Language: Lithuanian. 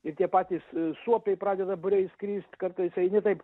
ir tie patys suopiai pradeda būriais skrist kartais eini taip